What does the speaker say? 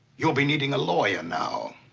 you'll be needing a lawyer now.